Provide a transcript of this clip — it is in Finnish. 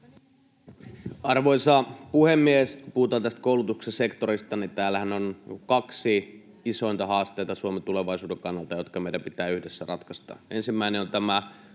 Arvoisa puhemies! Kun puhutaan tästä koulutuksen sektorista, niin täällähän on kaksi isointa haastetta Suomen tulevaisuuden kannalta, jotka meidän pitää yhdessä ratkaista. Ensimmäinen on tämä